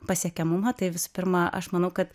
pasiekiamumą tai visų pirma aš manau kad